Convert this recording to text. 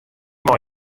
mei